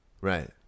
Right